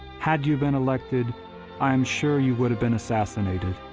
had you been elected i am sure you would have been assassinated,